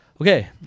Okay